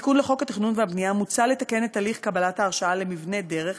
בתיקון לחוק התכנון והבנייה מוצע לתקן את הליך קבלת ההרשאה למבנה דרך,